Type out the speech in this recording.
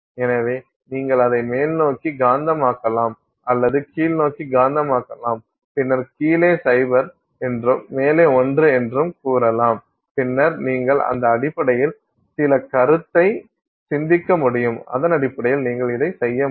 எனவே நீங்கள் அதை மேல்நோக்கி காந்தமாக்கலாம் அல்லது கீழ்நோக்கி காந்தமாக்கலாம் பின்னர் கீழே 0 என்றும் மேலே 1 என்றும் கூறலாம் பின்னர் நீங்கள் அந்த அடிப்படையில் சில கருத்தை சிந்திக்க முடியும் இதன் அடிப்படையில் நீங்கள் இதை செய்ய முடியும்